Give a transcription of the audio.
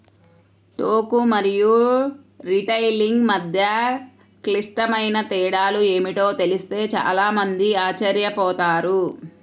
టోకు మరియు రిటైలింగ్ మధ్య క్లిష్టమైన తేడాలు ఏమిటో తెలిస్తే చాలా మంది ఆశ్చర్యపోతారు